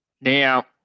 Now